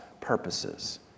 purposes